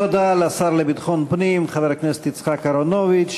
תודה לשר לביטחון פנים חבר הכנסת יצחק אהרונוביץ.